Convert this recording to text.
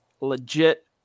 legit